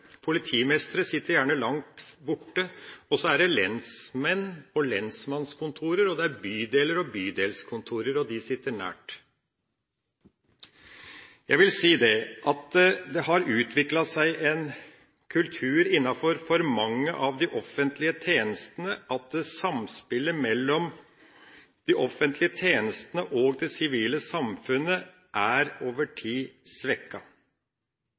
det lensmenn og lensmannskontor, og det er bydeler og bydelskontor, og de sitter nært. Jeg vil si at det har utviklet seg en kultur innenfor for mange av de offentlige tjenestene, at samspillet mellom de offentlige tjenestene og det sivile samfunnet over tid